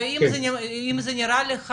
ואם זה נראה לך